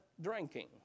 Drinking